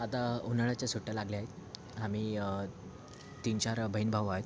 आता उन्हाळ्याच्या सुट्ट्या लागल्या आहेत आम्ही तीनचार बहीण भाऊ आहे